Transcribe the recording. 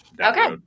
Okay